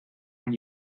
when